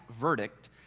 verdict